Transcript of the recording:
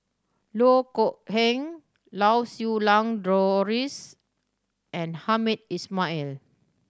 Loh Kok Heng Lau Siew Lang Doris and Hamed Ismail